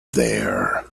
there